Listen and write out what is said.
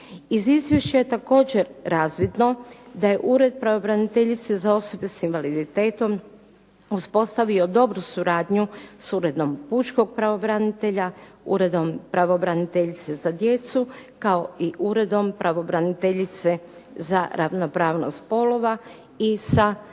Iz izvješća je također razvidno da je ured pravobraniteljice za osobe s invaliditetom uspostavio dobru suradnju s uredom pučkog pravobranitelja, uredom pravobraniteljice za djecu, kao i uredom pravobraniteljice za ravnopravnost spolova i sa